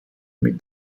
mit